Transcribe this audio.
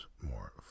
more